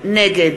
נגד